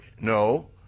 No